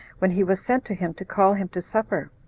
when he was sent to him to call him to supper.